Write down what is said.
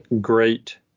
great